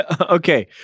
Okay